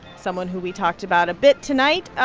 someone who we talked about a bit tonight.